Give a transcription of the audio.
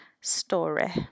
story